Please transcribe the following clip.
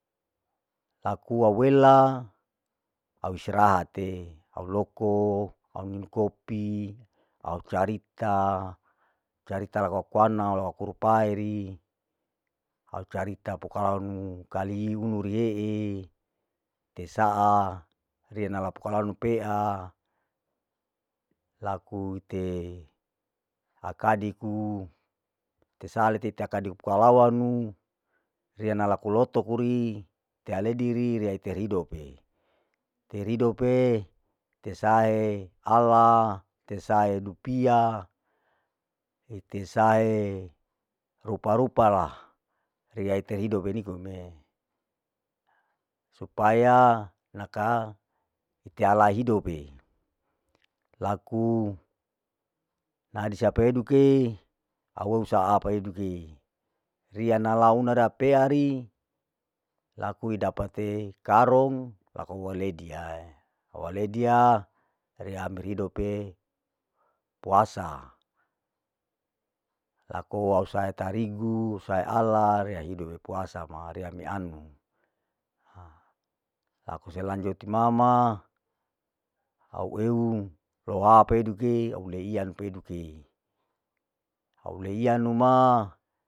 Aku wauwela au istirahate, au loko ninu kopi, au carita, carita loko aku anau, loko aku rupai ri, au carita pokalawanu kali unuriee, ite saa rinala pokalawanu pea laku ite akadiku, ite sale ite akadiku pukalawanu, riana laku lotokuri tealeidi ri rialeite ridoke, iteridope tesae ala, itesaidu pia, ite sai rupa rupalah, riya iter hidup in kume, supaya nakang tealai hidope, laku naheisa peduke au ou saau peuduke, riya nalauna rapea ri, laku ida pate karong, hualeidi ai. huleidia riya amir hidope puasa, la au saa tarigu, sae ala, riya hidop, puasa ma riya mi anu, aku selanjut mama au eu loa peduke le ian peduke, au leianu ma.